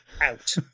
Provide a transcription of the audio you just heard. out